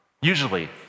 usually